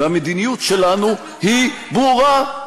והמדיניות שלנו היא ברורה".